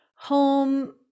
home